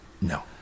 No